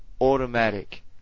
automatic